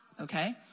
okay